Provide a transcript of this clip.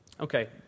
okay